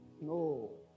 No